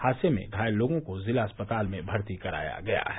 हादसे में घायल लोगों को जिला अस्पताल में भर्ती कराया गया है